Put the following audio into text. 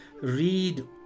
read